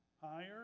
Higher